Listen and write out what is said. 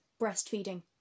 breastfeeding